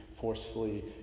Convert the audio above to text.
forcefully